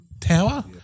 tower